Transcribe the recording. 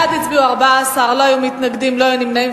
בעד הצביעו 14, לא היו מתנגדים ולא היו נמנעים.